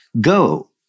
Go